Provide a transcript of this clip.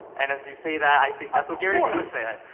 and as you say that i think, that's what garyvee would say.